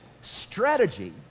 strategy